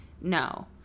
No